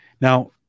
now